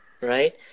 right